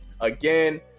Again